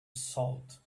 salt